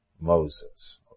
Moses